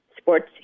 sports